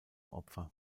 opfer